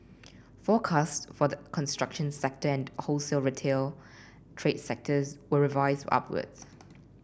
forecasts for the construction sector and wholesale trade sectors were revised upwards